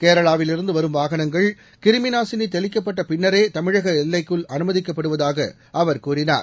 கேரளாவிலிருந்து வரும் வாகனங்கள் கிருமி நாசினி தெளிக்கப்பட்ட பின்னரே தமிழக எல்லைக்குள் அமைதிக்கப்படுவதாக அவர் கூறினார்